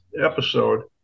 episode